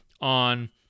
on